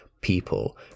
people